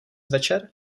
večer